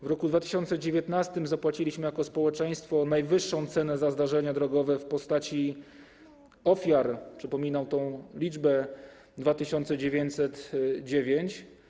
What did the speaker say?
W roku 2019 zapłaciliśmy jako społeczeństwo najwyższą cenę za zdarzenia drogowe w postaci ofiar - przypominam tę liczbę - 2909.